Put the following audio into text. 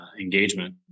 engagement